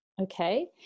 okay